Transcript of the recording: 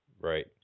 Right